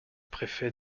préfet